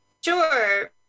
Sure